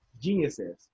Geniuses